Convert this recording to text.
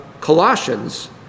Colossians